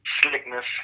slickness